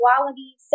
quality